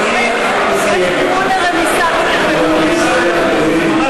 אדוני, נא לסיים.